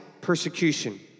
persecution